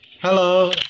Hello